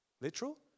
Literal